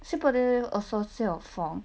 sweet potato also 是有风